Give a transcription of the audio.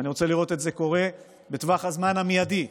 ואני רוצה לראות את זה קורה בטווח הזמן המיידי.